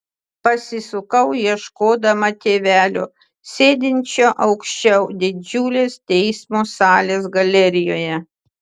pasisukau ieškodama tėvelio sėdinčio aukščiau didžiulės teismo salės galerijoje